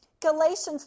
Galatians